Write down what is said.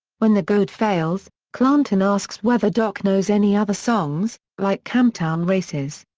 when the goad fails, clanton asks whether doc knows any other songs, like camptown races,